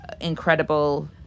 incredible